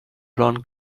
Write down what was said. blonde